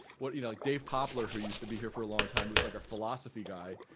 what you know dave poplar who used to be here for a long time was like our philosophy guy,